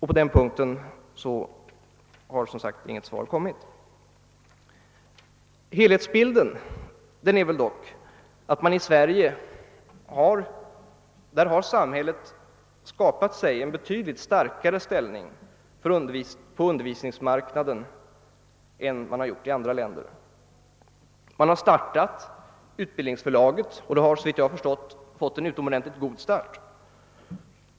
På den punkten har inget svar lämnats. Helhetsbilden är dock den, att i Sverige har samhället skapat sig en betydligt starkare ställning på undervisningsmarknaden än vad man gjort i andra länder. Man har inrättat Utbildningsförlaget, som såvitt jag förstår har fått en utomordentligt god start.